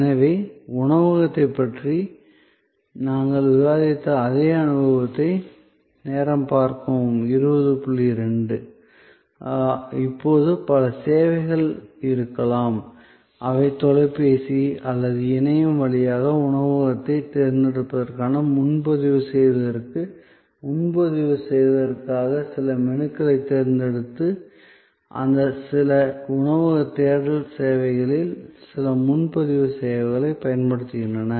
எனவே உணவகத்தைப் பற்றி நாங்கள் விவாதித்த அதே அனுபவம் இப்போது பல சேவைகள் இருக்கலாம் அவை தொலைபேசி அல்லது இணையம் வழியாக உணவகத்தைத் தேர்ந்தெடுப்பதற்கு முன்பதிவு செய்வதற்கு முன்பதிவு செய்வதற்காக சில மெனுக்களைத் தேர்ந்தெடுத்து அந்த சில உணவக தேடல் சேவைகளில் சில முன்பதிவு சேவைகளைப் பயன்படுத்துகின்றன